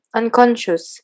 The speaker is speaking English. unconscious